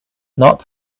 not